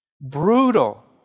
Brutal